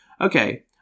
okay